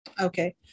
Okay